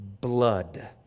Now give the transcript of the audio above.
blood